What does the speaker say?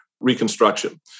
Reconstruction